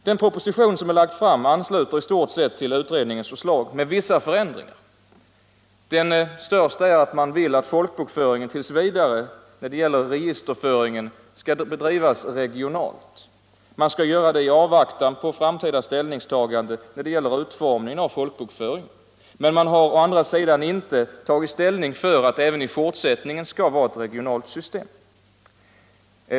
Den proposition som lagts fram ansluter i stort sett till utredningens förslag, med vissa förändringar. Den största är att man vill att folkbokföringen t. v. när det gäller registerföringen skall bedrivas regionalt. Man skall göra det i avvaktan på framtida ställningstaganden då det gäller utformningen av folkbokföringen, men man har inte tagit ställning för att det även i fortsättningen skall vara ett regionalt system.